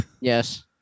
Yes